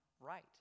right